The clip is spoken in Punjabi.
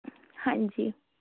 ਹਾਂਜੀ